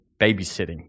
babysitting